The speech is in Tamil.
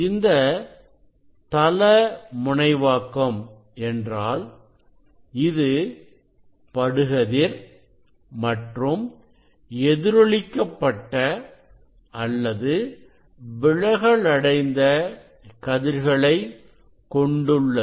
இந்த தள முனைவாக்கம் என்றாள் இது படுகதிர் மற்றும் எதிரொலிக்கப்பட்ட அல்லது விலகலடைந்த கதிர்களை கொண்டுள்ளது